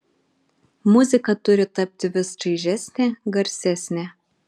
muzika turi tapti vis čaižesnė garsesnė